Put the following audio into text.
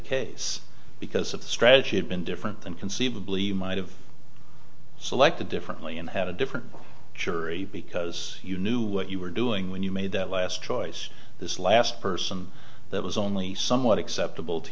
case because of the strategy had been different than conceivably might have selected differently and had a different jury because you knew what you were doing when you made that last choice this last person that was only somewhat acceptable to